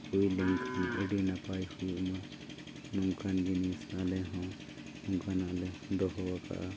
ᱦᱩᱭ ᱯᱮᱱᱠᱷᱟᱱ ᱟᱹᱰᱤ ᱱᱟᱯᱟᱭ ᱦᱩᱭᱩᱜᱢᱟ ᱱᱚᱝᱠᱟᱱ ᱡᱤᱱᱤᱥ ᱟᱞᱮ ᱦᱚᱸ ᱚᱱᱠᱟᱱᱟᱜ ᱞᱮ ᱫᱚᱦᱚ ᱠᱟᱜᱼᱟ